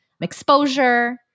exposure